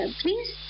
please